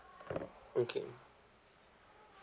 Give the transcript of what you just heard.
okay